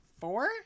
four